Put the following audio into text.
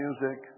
music